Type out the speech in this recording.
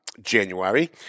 January